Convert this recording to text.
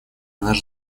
наш